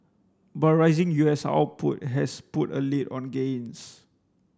but rising U S output has put a lid on gains